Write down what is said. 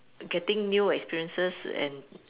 getting new experiences and